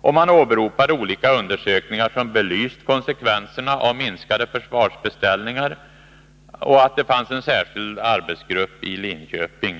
och man åberopade olika undersökningar som belyst konsekvenserna av minskade försvarsbeställningar och att det fanns en särskild arbetsgrupp i Linköping.